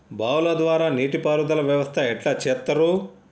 బావుల ద్వారా నీటి పారుదల వ్యవస్థ ఎట్లా చేత్తరు?